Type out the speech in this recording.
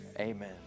amen